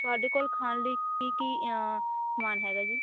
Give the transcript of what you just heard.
ਤੁਹਾਡੇ ਕੋਲ ਖਾਣ ਲਈ ਕੀ ਕੀ ਸਮਾਨ ਹੈਗਾ ਜੀ